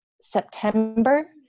september